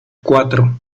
cuatro